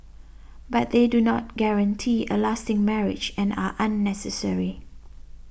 but they do not guarantee a lasting marriage and are unnecessary